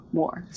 more